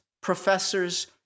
professors